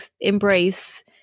embrace